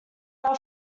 are